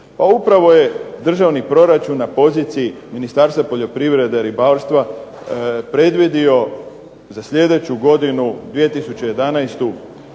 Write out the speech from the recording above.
pa upravo je državni proračun na poziciji Ministarstva poljoprivrede i ribarstva predvidio za sljedeću godinu 2011.